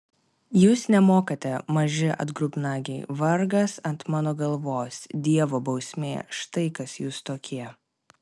jūs nemokate maži atgrubnagiai vargas ant mano galvos dievo bausmė štai kas jūs tokie